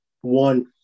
One